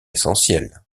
essentiels